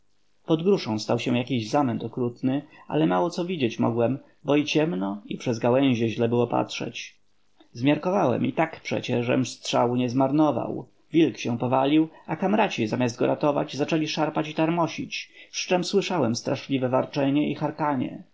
pod gruszą stał się jakiś zamęt okrutny ale mało co widzieć mogłem bo i ciemno i przez gałęzie źle było patrzeć zmiarkowałem i tak przecie żem strzału nie zmarnował wilk się powalił a kamraci zamiast go ratować zaczęli szarpać i tarmosić przyczem słyszałem straszliwe warczenie i